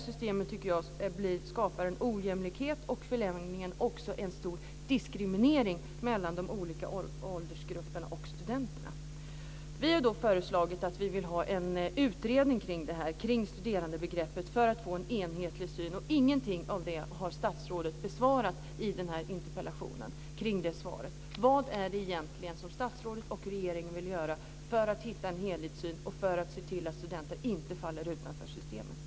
Systemet skapar ojämlikhet och i förlängningen en stor diskriminering mellan de olika åldersgrupperna och studenterna. Vi har föreslagit en utredning kring studerandebegreppet för att skapa en enhetlig syn. Ingenting av det har statsrådet besvarat i svaret på interpellationen. Vad är det egentligen som statsrådet och regeringen vill göra för att skapa en helhetssyn och för att se till att studenter inte faller utanför systemet?